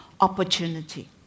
opportunity